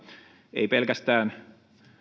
eivät pelkästään